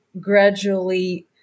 gradually